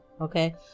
okay